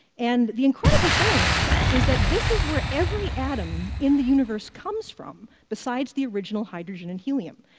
and the incredible thing is that this is where every atom in the universe comes from, besides the original hydrogen and helium.